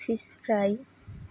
fish fry